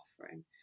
offering